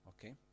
Okay